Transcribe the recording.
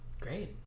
great